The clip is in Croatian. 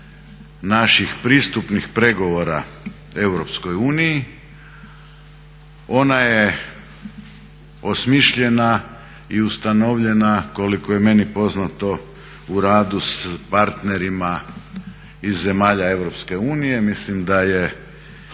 naših pristupnih pregovora EU, ona je osmišljena i ustanovljena koliko je meni poznato u radu s partnerima iz zemalja EU. Mislim da je